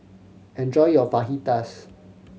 enjoy your Fajitas